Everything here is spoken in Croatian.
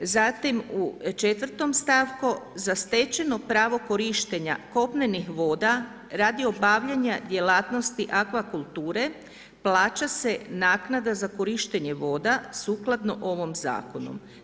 Zatim u 4. stavku – Za stečeno pravo korištenja kopnenih voda radi obavljanja djelatnosti akvakulture plaća se naknada za korištenje voda sukladno ovom zakonu.